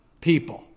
people